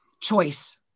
choice